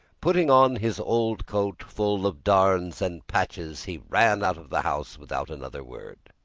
putting on his old coat, full of darns and patches, he ran out of the house without another word.